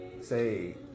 say